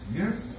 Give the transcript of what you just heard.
yes